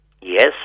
Yes